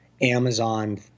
amazon